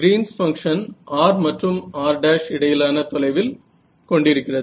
Green's function Green's function r மற்றும் r' இடையிலான தொலைவில் கொண்டிருக்கிறது